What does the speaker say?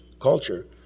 culture